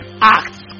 acts